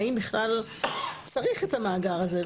האם בכלל צריך את המאגר הזה.